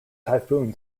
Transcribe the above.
typhoon